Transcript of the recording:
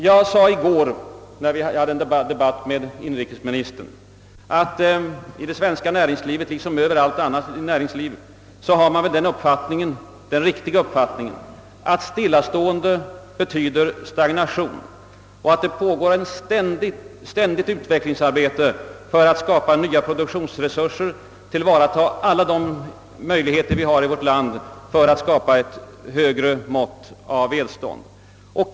Jag sade i går i en debatt med inrikesministern att man inom det svenska näringslivet, liksom inom andra länders näringsliv, har den uppfattningen att stillastående betyder tillbakagång, att det måste pågå ett ständigt utvecklingsarbete för att skapa nya produktionsresurser och för att alla vårt lands möjligheter skall tillvaratas för att öka välståndet.